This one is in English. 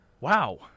Wow